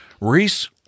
Reese